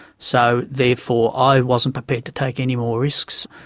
so therefore i wasn't prepared to take any more risks.